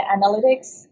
analytics